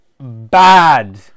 bad